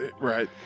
Right